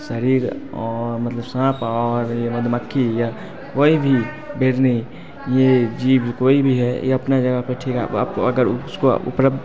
शरीर मतलब साँप और ये मधुमक्खी या कोई भी बिर्हनी ये जीव कोई भी है ये अपना जगह पे ठीक है आपको अगर उसको ऊपर अब